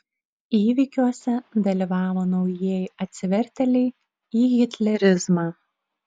įvykiuose dalyvavo naujieji atsivertėliai į hitlerizmą